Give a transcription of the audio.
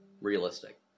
realistic